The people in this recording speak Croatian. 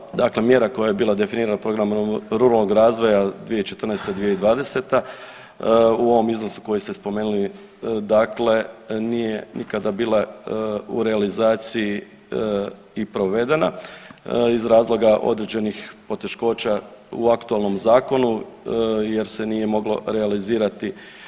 Hvala, dakle mjera koja je bila definirana u programu ruralnog razvoja 2014.-2020. u ovom iznosu koji ste spomenuli dakle nije nikada bila u realizaciji i provedena iz razloga određenih poteškoća u aktualnom zakonu jer se nije moglo realizirati.